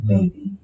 Baby